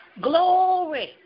Glory